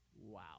Wow